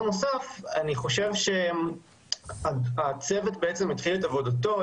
אני חושב שהצוות התחיל את עבודתו,